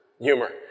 Humor